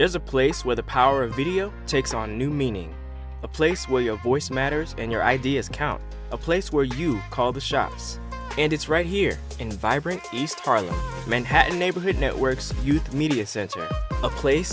there's a place where the power of video takes on new meaning a place where your voice matters and your ideas count a place where you call the shots and it's right here in the vibrant east harlem manhattan neighborhood network's youth media center a place